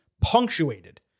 punctuated